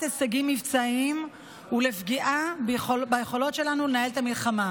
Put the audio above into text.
הישגים מבצעיים ולפגיעה ביכולות שלנו לנהל את המלחמה.